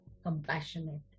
compassionate